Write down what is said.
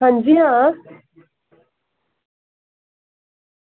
अंजी आं